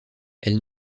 elles